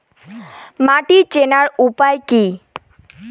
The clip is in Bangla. মাটি চেনার উপায় কি?